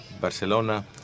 Barcelona